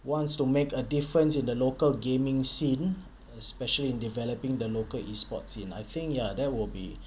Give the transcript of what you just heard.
wants to make a difference in the local gaming scene especially in developing the local E sports in I think ya there will be